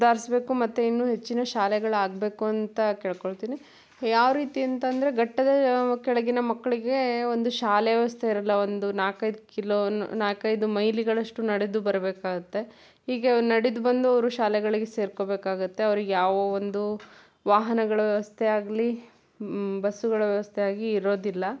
ಸುಧಾರಿಸ್ಬೇಕು ಮತ್ತೆ ಇನ್ನು ಹೆಚ್ಚಿನ ಶಾಲೆಗಳಾಗಬೇಕು ಅಂತ ಕೇಳಿಕೊಳ್ತಿನಿ ಯಾವರೀತಿ ಅಂತಂದರೆ ಘಟ್ಟದ ಕೆಳಗಿನ ಮಕ್ಕಳಿಗೆ ಒಂದು ಶಾಲೆಯ ವ್ಯವಸ್ಥೆ ಇರಲ್ಲ ಒಂದು ನಾಲ್ಕೈದು ಕಿಲೋ ನಾಲ್ಕೈದು ಮೈಲಿಗಳಷ್ಟು ನಡೆದು ಬರಬೇಕಾಗುತ್ತೆ ಹೀಗೆ ನಡೆದು ಬಂದವರು ಶಾಲೆಗಳಿಗೆ ಸೇರಿಕೊ ಬೇಕಾಗುತ್ತೆ ಅವ್ರಿಗೆ ಯಾವ ಒಂದು ವಾಹನಗಳ ವ್ಯವಸ್ಥೆಯಾಗಲಿ ಬಸ್ಸುಗಳ ವ್ಯವಸ್ಥೆಯಾಗಿ ಇರೋದಿಲ್ಲ